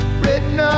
written